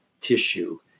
tissue